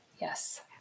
Yes